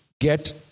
get